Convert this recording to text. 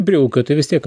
bijau kad tai vis tiek